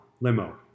Limo